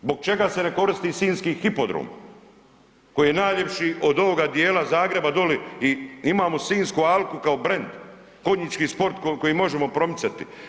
Zbog čega se ne koristi Sinjski hipodrom, koji je najljepši od ovoga dijela Zagreba doli i imamo Sinjsku alku kao brend, konjički sport koji možemo promicati.